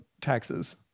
taxes